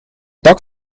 dak